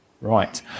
Right